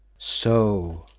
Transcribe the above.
so,